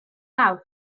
awr